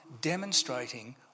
demonstrating